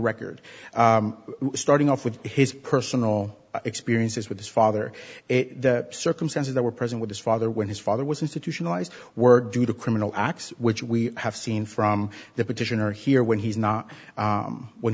record starting off with his personal experiences with his father the circumstances that were present with his father when his father was institutionalized were due to criminal acts which we have seen from the petitioner here when he's not when